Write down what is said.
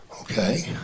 okay